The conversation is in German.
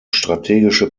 strategische